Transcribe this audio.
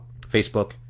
Facebook